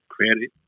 Credit